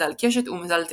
מזל קשת ומזל תאומים.